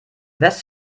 west